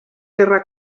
gerra